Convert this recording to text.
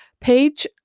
page